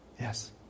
Yes